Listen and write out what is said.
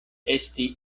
esti